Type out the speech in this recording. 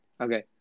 Okay